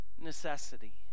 necessity